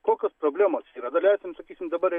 kokios problemos yra daleiskim sakykim dabar